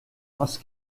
parce